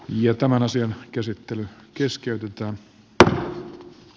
jo tämän asian käsittely keskeytyy trans d a